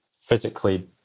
physically